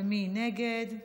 מי נגד?